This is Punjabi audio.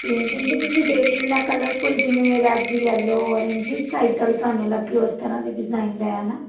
ਅਤੇ ਉਹ ਦੇ ਤੁਸੀਂ ਦੇਖ ਲੈਣਾ ਕਲਰਫੁੱਲ ਜਿਵੇਂ ਰੈੱਡ ਯੈਲੋ ਓਰੇਂਜ ਜਿਸ ਟਾਈਪ ਦਾ ਵੀ ਤੁਹਾਨੂੰ ਲੱਗੇ ਉਸ ਤਰ੍ਹਾਂ ਦੇ ਡਿਜ਼ਾਇਨ ਲੈ ਆਉਣਾ